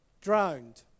drowned